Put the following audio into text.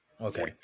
okay